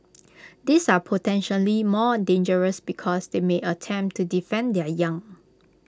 these are potentially more dangerous because they may attempt to defend their young